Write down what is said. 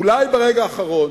אולי ברגע האחרון: